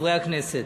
חברי הכנסת,